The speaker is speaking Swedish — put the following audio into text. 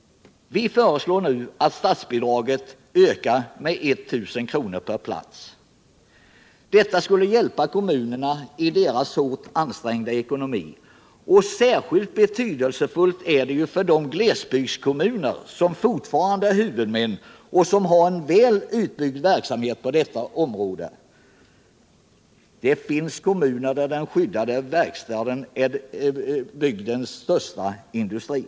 Vi föreslår därför att statsbidragen ökas med 1000 kr. per plats. Detta skulle hjälpa kommunerna i deras hårt ansträngda ekonomi, och särskilt betydelsefullt skulle det vara för de glesbygdskommuner som fortfarande är huvudmän och som har en väl utbyggd verksamhet på detta område. Det finns kommuner där den skyddade verksamheten är bygdens största industri.